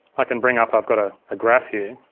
i can bring up, i've got a graph here,